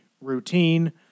routine